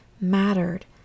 mattered